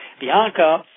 Bianca